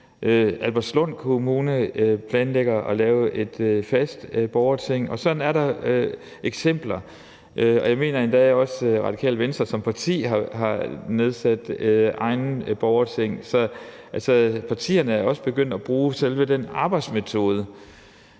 Albertslund Kommune planlægger at lave et fast borgerting. Så på den måde er der eksempler. Jeg mener endda også, at Radikale Venstre som parti har nedsat egne borgerting, så partierne er også begyndt at bruge selve den arbejdsmetode.